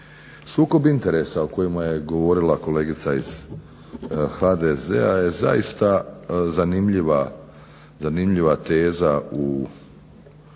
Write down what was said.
Sukob interesa o kojima je govorila kolegica iz HDZ-a je zaista zanimljiva teza u